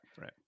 right